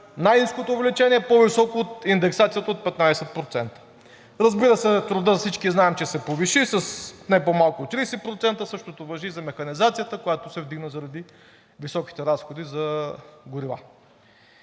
най-ниското увеличение, по-високо от индексацията от 15%. Разбира се, трудът всички знаем, че се повиши с не по-малко от 30%. Същото важи и за механизацията, която се вдигна заради високите разходи за горива.